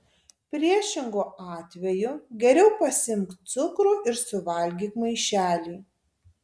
priešingu atveju geriau pasiimk cukrų ir suvalgyk maišelį